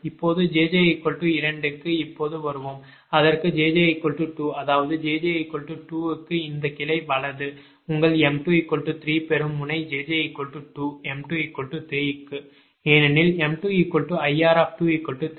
இப்போது jj 2 க்கு இப்போது வருவோம் அதற்கு jj 2 அதாவது jj 2 க்கு இந்த கிளை வலது உங்கள் m2 3 பெறும் முனை jj 2 m2 3 க்கு ஏனெனில் m2IR23